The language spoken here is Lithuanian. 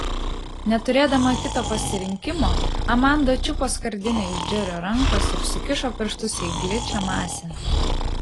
neturėdama kito pasirinkimo amanda čiupo skardinę iš džerio rankos ir sukišo pirštus į gličią masę